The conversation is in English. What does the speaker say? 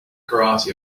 karate